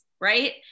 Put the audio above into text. right